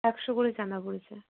একশো করে চাঁদা পরেছে